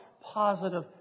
positive